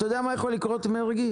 אתה יודע מה יכול לקרות, מרגי?